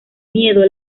miedo